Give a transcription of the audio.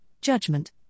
judgment